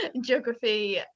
geography